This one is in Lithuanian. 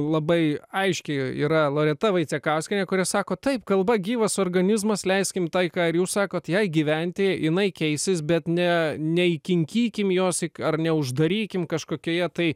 labai aiškiai yra loreta vaicekauskienė kuri sako taip kalba gyvas organizmas leiskim tai ką ir jūs sakot jai gyventi jinai keisis bet ne nei kinkykim jos ar neuždarykim kažkokioje tai